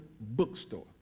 bookstore